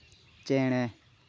ᱪᱮᱬᱮ